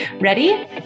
Ready